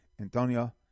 Antonia